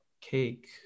Cake